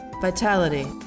vitality